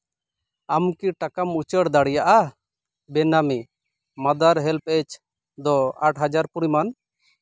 ᱟᱢᱠᱤ ᱴᱟᱠᱟᱢ ᱩᱪᱟᱹᱲ ᱫᱟᱲᱮᱭᱟᱜᱼᱟ ᱵᱮᱱᱟᱢᱤ ᱢᱟᱫᱟᱨ ᱦᱮᱞᱯᱯᱮᱡᱽ ᱫᱚ ᱟᱴ ᱦᱟᱡᱟᱨ ᱯᱚᱨᱤᱢᱟᱱ